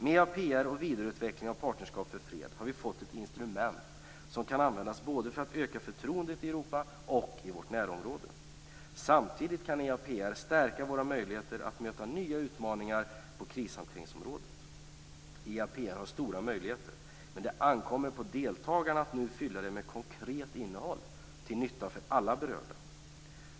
Med EAPR och vidareutvecklingen av Partnerskap för fred har vi fått ett instrument som kan användas för att öka förtroendet både i Europa och i vårt närområde. Samtidigt kan EAPR stärka våra möjligheter att möta nya utmaningar på krishanteringsområdet. EAPR har stora möjligheter, men det ankommer nu på deltagarna att fylla det med konkret innehåll, till nytta för alla berörda.